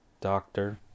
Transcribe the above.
doctor